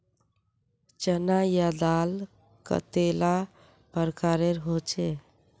चना या दाल कतेला प्रकारेर होचे?